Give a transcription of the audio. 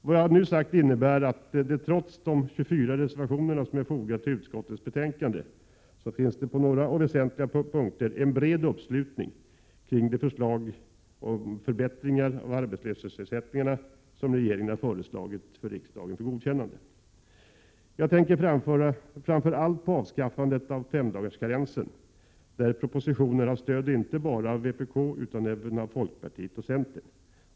Vad jag nu sagt innebär att det, trots de 24 reservationer som är fogade till utskottets betänkande, på några och väsentliga punkter finns en bred uppslutning kring de förbättringar av arbetslöshetsersättningarna som regeringen har förelagt riksdagen för godkännande. Jag tänker framför allt på avskaffandet av femdagarskarensen, där propositionen har stöd inte bara av vpk utan även av folkpartiet och centern.